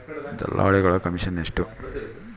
ದಲ್ಲಾಳಿಗಳ ಕಮಿಷನ್ ಎಷ್ಟು?